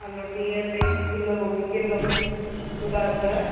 हलो टीहे रुपए जी किलो गोभी किलो ॿुधायो ॿुधायो